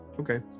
Okay